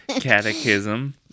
catechism